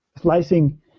slicing